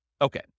Okay